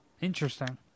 Interesting